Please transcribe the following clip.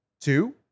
Two